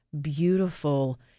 beautiful